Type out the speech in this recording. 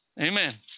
Amen